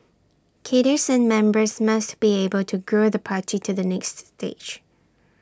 cadres and members must be able to grow the party to the next stage